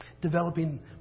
developing